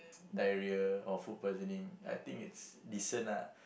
diarrhoea or food poisoning I think is decent lah